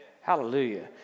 Hallelujah